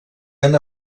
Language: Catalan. han